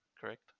Correct